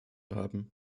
haben